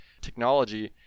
technology